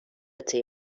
توی